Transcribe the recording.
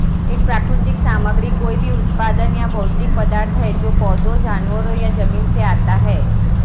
एक प्राकृतिक सामग्री कोई भी उत्पाद या भौतिक पदार्थ है जो पौधों, जानवरों या जमीन से आता है